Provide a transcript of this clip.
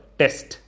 test